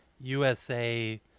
USA